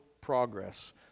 progress